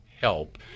help